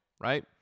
right